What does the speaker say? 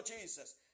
Jesus